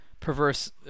perverse